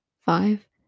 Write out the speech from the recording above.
five